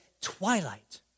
twilight